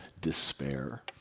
despair